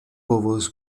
povos